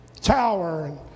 tower